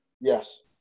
Yes